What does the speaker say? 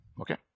okay